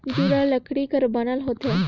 जुड़ा लकरी कर बनल होथे